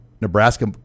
Nebraska